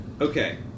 Okay